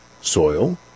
soil